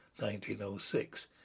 1906